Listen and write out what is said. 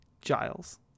Giles